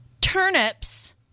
turnips